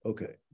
Okay